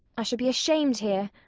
i should be ashamed here.